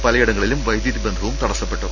പ്രലയിടങ്ങളിലും വൈദ്യൂതി ബന്ധവും തടസ്സപ്പെട്ടു